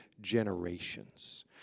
generations